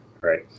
Right